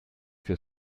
für